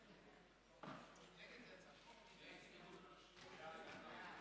סעיפים 3 5,